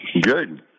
Good